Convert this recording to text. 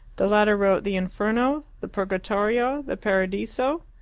the latter wrote the inferno, the purgatorio, the paradiso.